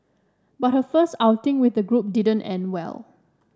but her first outing with the group didn't end well